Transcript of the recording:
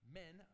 men